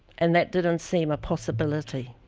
and that didn't seem a possibility.